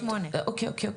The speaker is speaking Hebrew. אוקיי,